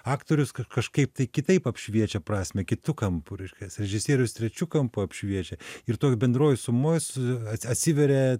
aktorius ka kažkaip tai kitaip apšviečia prasmę kitu kampu reiškias režisierius trečiu kampu apšviečia ir toj bendroj sumoj su at atsiveria